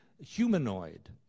Humanoid